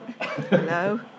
Hello